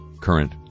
current